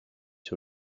sur